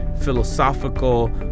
philosophical